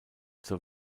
zur